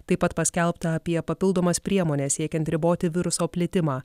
taip pat paskelbta apie papildomas priemones siekiant riboti viruso plitimą